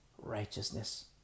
righteousness